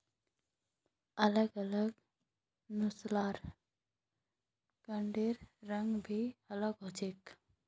अलग अलग नस्लेर लकड़िर रंग भी अलग ह छे